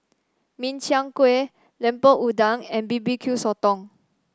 Min Chiang Kueh Lemper Udang and bbq sotong